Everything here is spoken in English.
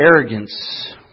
Arrogance